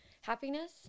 happiness